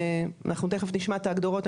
אנחנו תיכף נשמע את ההגדרות.